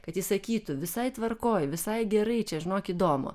kad jis sakytų visai tvarkoj visai gerai čia žinok įdomu